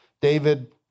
David